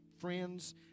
friends